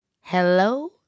Hello